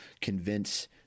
convince